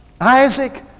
Isaac